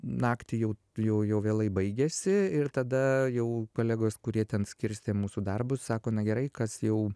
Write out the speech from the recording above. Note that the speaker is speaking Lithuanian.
naktį jau jau jau vėlai baigėsi ir tada jau kolegos kurie ten skirstė mūsų darbus sako na gerai kas jau